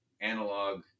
analog